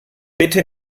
bitte